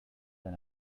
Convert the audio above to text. than